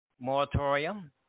moratorium